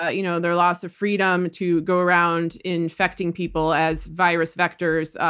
ah you know their loss of freedom to go around infecting people as virus vectors.